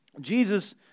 Jesus